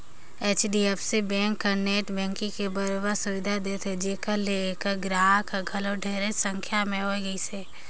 HDFC bank हर net banking के बरोबर सुबिधा देथे जेखर ले ऐखर गराहक हर घलो ढेरेच संख्या में होए गइसे